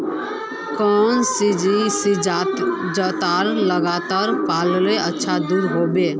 कौन सा जतेर लगते पाल्ले अच्छा दूध होवे?